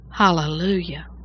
Hallelujah